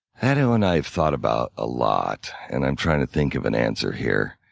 and and i have thought about a lot, and i'm trying to think of an answer, here.